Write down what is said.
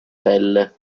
pelle